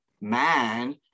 man